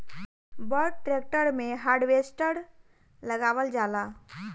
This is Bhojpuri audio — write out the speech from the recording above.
बड़ ट्रेक्टर मे हार्वेस्टर लगावल जाला